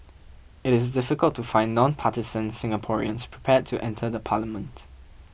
it is difficult to find non partisan Singaporeans prepared to enter the parliament